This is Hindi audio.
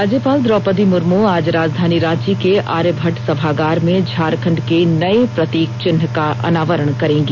राज्यपाल द्रौपदी मुर्मू आज राजधानी रांची के आर्यभट्ट सभागार में झारखंड के नए प्रतीक चिह्न का अनावरण करेंगी